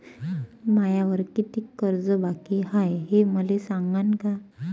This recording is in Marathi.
मायावर कितीक कर्ज बाकी हाय, हे मले सांगान का?